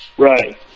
Right